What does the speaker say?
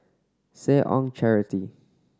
Seh Ong Charity